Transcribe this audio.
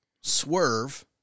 Swerve